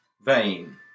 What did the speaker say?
vain